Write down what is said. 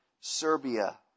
Serbia